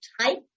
type